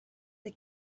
the